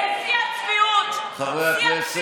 מתי דאגת לחינוך המיוחד?